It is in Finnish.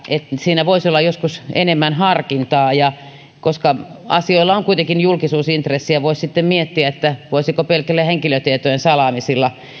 siinä voisi olla joskus enemmän harkintaa koska asioilla on kuitenkin julkisuusintressi ja voisi sitten miettiä voisiko pelkillä henkilötietojen salaamisilla